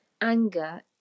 anger